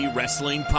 Wrestling